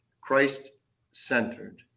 Christ-centered